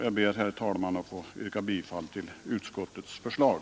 Jag ber, herr talman, att få yrka bifall till utskottets förslag.